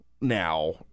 now